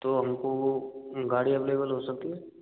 तो हमको गाड़ी अवेलेबल हो सकती है